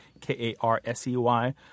K-A-R-S-E-Y